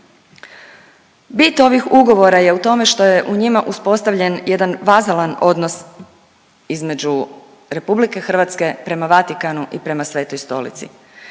Bit ovih ugovora je u tome što je u njima uspostavljen jedan vazalan odnos između Republike Hrvatske, prema Vatikanu i prema Svetoj Stolici.